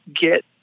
get